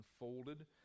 unfolded